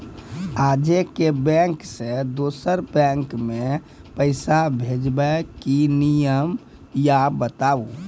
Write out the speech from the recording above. आजे के बैंक से दोसर बैंक मे पैसा भेज ब की नियम या बताबू?